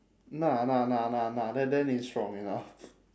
nah nah nah nah nah that that ain't strong enough